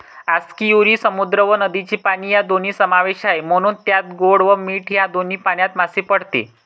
आस्कियुरी समुद्र व नदीचे पाणी या दोन्ही समावेश आहे, म्हणून त्यात गोड व मीठ या दोन्ही पाण्यात मासे पाळते